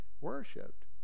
worshipped